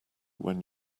when